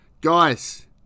Guys